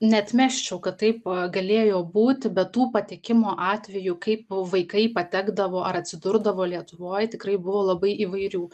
neatmesčiau kad taip galėjo būti bet tų patekimo atvejų kaip vaikai patekdavo ar atsidurdavo lietuvoj tikrai buvo labai įvairių